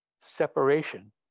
Separation